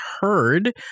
heard